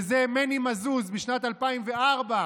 וזה מני מזוז בשנת 2004,